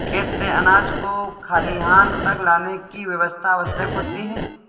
खेत से अनाज को खलिहान तक लाने की व्यवस्था आवश्यक होती है